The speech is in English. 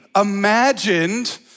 imagined